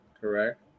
Correct